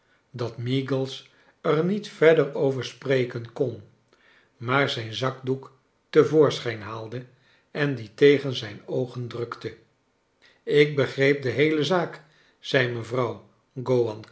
dat meagles er niet verder over spreken kon maar zijn zakdoek te voorschijn haalde en dien tegen zijn oogen drukte ik begreep de heele zaak zei mevrouw